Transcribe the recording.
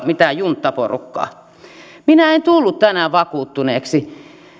mitään junttaporukkaa minä en en tullut tänään vakuuttuneeksi